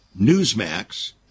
Newsmax